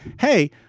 hey